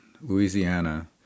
louisiana